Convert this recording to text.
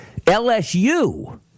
LSU